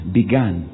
began